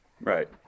Right